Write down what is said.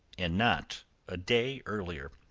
and not a day earlier.